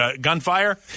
gunfire